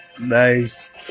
nice